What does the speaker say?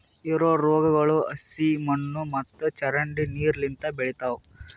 ಇವು ರೋಗಗೊಳ್ ಹಸಿ ಮಣ್ಣು ಮತ್ತ ಚರಂಡಿ ನೀರು ಲಿಂತ್ ಬೆಳಿತಾವ್